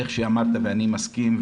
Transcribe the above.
אתה אמרת ואני מסכים,